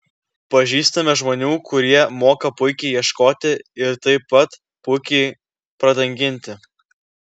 pažįstame žmonių kurie moka puikiai ieškoti ir taip pat puikiai pradanginti